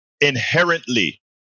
inherently